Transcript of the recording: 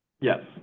Yes